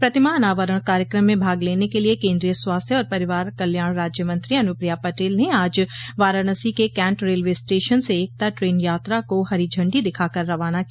प्रतिमा अनावरण कार्यक्रम में भाग लेने के लिए केन्द्रीय स्वास्थ्य और परिवार कल्याण राज्य मंत्री अनुप्रिया पटेल ने आज वाराणसी के कैंट रेलवे स्टेशन से एकता ट्रेन यात्रा को हरी झंडी दिखा कर रवाना किया